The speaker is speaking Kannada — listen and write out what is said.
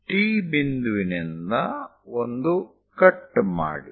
T ಬಿಂದುವಿನಿಂದ ಒಂದು ಕಟ್ ಮಾಡಿ